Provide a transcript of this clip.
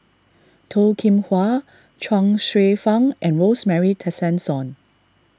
Toh Kim Hwa Chuang Hsueh Fang and Rosemary Tessensohn